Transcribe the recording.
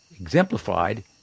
exemplified